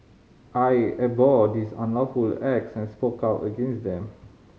I abhorred these unlawful acts and spoke out against them